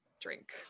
drink